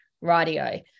radio